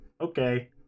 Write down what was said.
okay